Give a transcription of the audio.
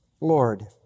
Lord